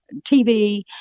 TV